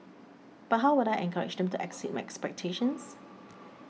but how would I encourage them to exceed my expectations